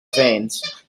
veins